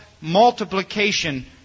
multiplication